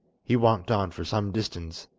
he walked on for some distance,